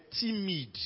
timid